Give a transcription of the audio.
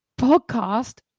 podcast